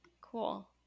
cool